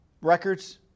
records